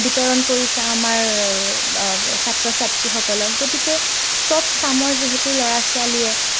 বিতৰণ কৰিছে আমাৰ ছাত্ৰ ছাত্ৰীসকলক গতিকে চব চামৰ যিহেতু ল'ৰা ছোৱালীয়ে